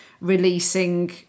releasing